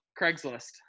Craigslist